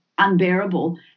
unbearable